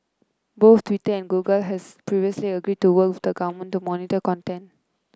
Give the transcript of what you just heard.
both Twitter and Google has previously agreed to work with the government to monitor content